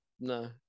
No